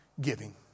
giving